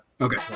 Okay